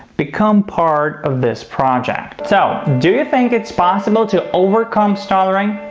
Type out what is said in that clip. become part of this project. so do you think it's possible to overcome stuttering?